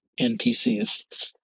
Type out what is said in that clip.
NPCs